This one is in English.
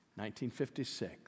1956